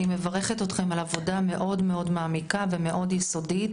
אני מברכת אתכם על עבודה מאוד מאוד מעמיקה ומאוד יסודית,